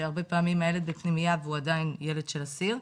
שהרבה פעמים הילד בפנימייה והוא עדיין ילד של אסיר.